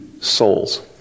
souls